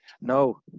No